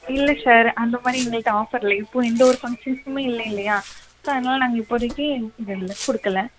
இல்லை சார் அந்தமாதிரி எங்கள்கிட்ட ஆஃபர் இல்லை இப்போது எந்த ஒரு ஃபங்க்ஷன்ஸ்ஸுமே இல்லை இல்லையா ஸோ அதனால் நாங்கள் இப்போதைக்கு இல்லை கொடுக்கல